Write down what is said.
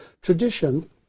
tradition